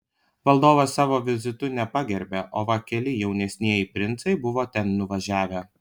valdovas savo vizitu nepagerbė o va keli jaunesnieji princai buvo ten nuvažiavę